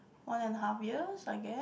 one and a half years I guess